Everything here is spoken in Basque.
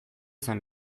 zen